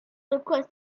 request